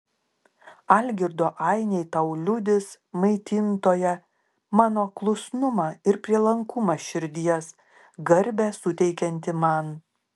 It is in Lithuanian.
algirdo ainiai tau liudys maitintoja mano klusnumą ir prielankumą širdies garbę suteikiantį man